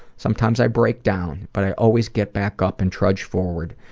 sometimes i break down, but i always get back up and trudge forward.